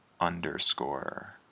underscore